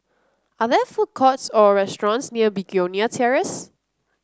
are there food courts or restaurants near Begonia Terrace